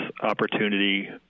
opportunity